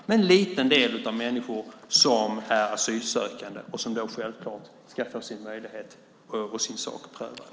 Men en liten del är asylsökande och ska då självklart få möjlighet att få sin sak prövad.